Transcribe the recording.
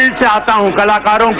da da and but da da